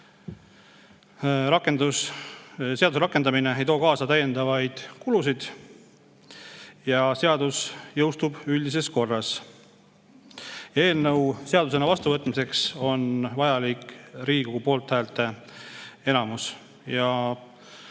Seaduse rakendamine ei too kaasa täiendavaid kulusid ja seadus jõustub üldises korras. Eelnõu seadusena vastuvõtmiseks on vajalik Riigikogu poolthäälte enamus.